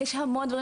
אני מסכים איתך